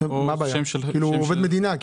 עובד מדינה.